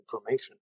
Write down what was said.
information